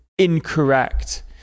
incorrect